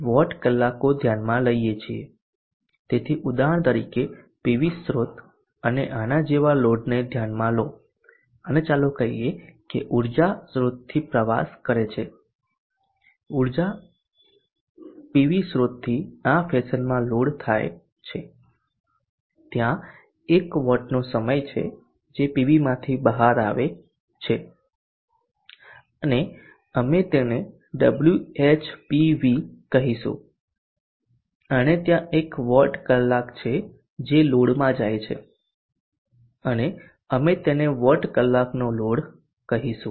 તેથી ઉદાહરણ તરીકે પીવી સ્રોત અને આના જેવા લોડને ધ્યાનમાં લો અને ચાલો કહીએ કે ઉર્જા સ્રોતથી પ્રવાસ કરે છે પીવી સ્રોતથી આ ફેશનમાં લોડ થાય છે અને ત્યાં એક વોટનો સમય છે જે પીવીમાંથી બહાર આવે છે અને અમે તેને WhPV કહીશું અને ત્યાં એક વોટ કલાક છે જે લોડમાં જાય છે અને અમે તેને વોટ કલાકનો લોડ કહીશું